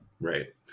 Right